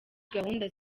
gahunda